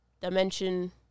dimension